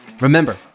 Remember